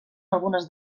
algunes